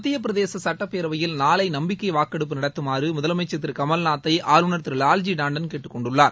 மத்திய பிரதேச சட்டப்பேரயைல் நாளை நம்பிக்கை வாக்கெடுப்பு நடத்துமாறு முதலனமச்சர் திரு கமல்நாத்தை ஆளுநர் திரு லால்ஜி டான்டன் கேட்டுக்கொண்டுள்ளார்